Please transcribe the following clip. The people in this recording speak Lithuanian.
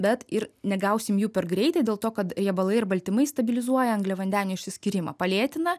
bet ir negausim jų per greitai dėl to kad riebalai ir baltymai stabilizuoja angliavandenių išsiskyrimą palėtina